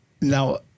Now